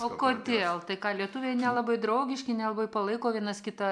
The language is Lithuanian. o kodėl tai ką lietuviai nelabai draugiški nelabai palaiko vienas kitą